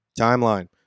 Timeline